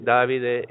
Davide